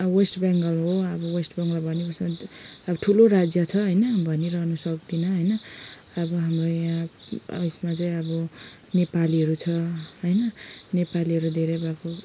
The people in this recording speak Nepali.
वेस्ट बङ्गाल हो अब वेस्ट बङ्गाल भनेपछि अब ठुलो राज्य छ वेस्ट बङ्गाल भनिरहनु सक्दिनँ होइन अब हाम्रो यहाँ उयसमा चाहिँ अब नेपालीहरू छ होइन नेपालीहरू धेरै भएको